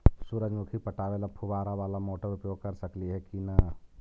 सुरजमुखी पटावे ल फुबारा बाला मोटर उपयोग कर सकली हे की न?